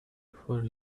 for